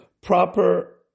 proper